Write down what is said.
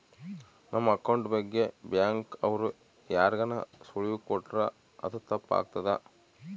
ನಮ್ ಅಕೌಂಟ್ ಬಗ್ಗೆ ಬ್ಯಾಂಕ್ ಅವ್ರು ಯಾರ್ಗಾನ ಸುಳಿವು ಕೊಟ್ರ ಅದು ತಪ್ ಆಗ್ತದ